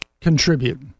contribute